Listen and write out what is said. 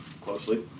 closely